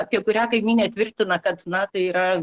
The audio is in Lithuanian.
apie kurią kaimynė tvirtina kad na tai yra